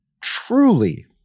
truly